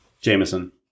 Jameson